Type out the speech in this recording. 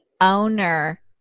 owner